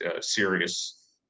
serious